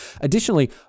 Additionally